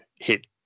hit